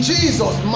Jesus